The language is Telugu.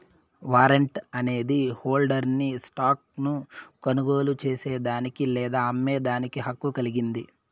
వారంట్ అనేది హోల్డర్ను స్టాక్ ను కొనుగోలు చేసేదానికి లేదా అమ్మేదానికి హక్కు కలిగింది